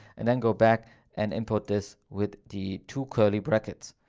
and then go back and input this with the two curly brackets.